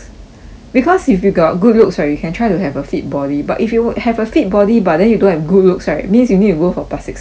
because if you got good looks right you can try to have a fit body but if you have a fit body but then you don't have good looks right means you need to go for plastic surgery